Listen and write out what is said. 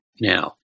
now